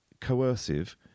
coercive